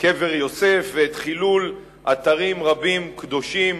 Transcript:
קבר יוסף וחילול אתרים קדושים